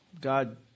God